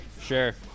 sure